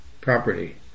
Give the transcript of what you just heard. property